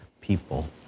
people